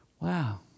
Wow